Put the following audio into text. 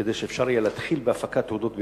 כדי שאפשר יהיה להתחיל בהפקת תעודות ביומטריות,